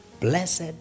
Blessed